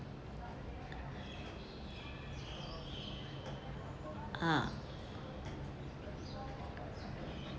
ah